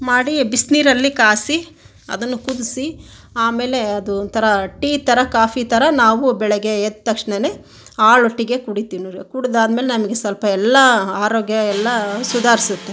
ಮಾಡಿ ಬಿಸಿನೀರಲ್ಲಿ ಕಾಯಿಸಿ ಅದನ್ನು ಕುದಿಸಿ ಆಮೇಲೆ ಅದು ಒಂಥರ ಟೀ ಥರ ಕಾಫಿ ಥರ ನಾವು ಬೆಳಗ್ಗೆ ಎದ್ದ ತಕ್ಷಣಾನೆ ಹಾಳೊಟ್ಟೆಗೆ ಕುಡಿತೀವಿ ನೋಡಿ ಕುಡಿದಾದ ಮೇಲೆ ನಮಗೆ ಸ್ವಲ್ಪ ಎಲ್ಲ ಆರೋಗ್ಯ ಎಲ್ಲ ಸುಧಾರಿಸತ್ತೆ